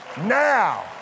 Now